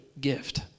gift